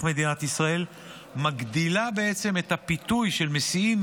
מדינת ישראל מגדיל את הפיתוי של מסיעים,